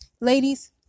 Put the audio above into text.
Ladies